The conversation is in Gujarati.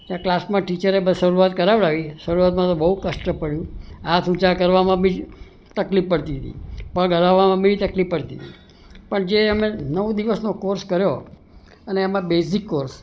ત્યાં ક્લાસમાં ટીચરે શરૂઆત કરાવડાવી શરૂઆતમાં તો બહુ કષ્ટ પડ્યું હાથ ઊંચા કરવામાં બી તકલીફ પડતી હતી પગ હલાવવામાં બી તકલીફ પડતી પણ જે અમે નવ દિવસનો કોર્સ કર્યો અને એમાં બેઝિક કોર્સ